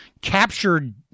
captured